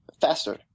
faster